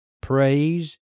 Praise